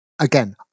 again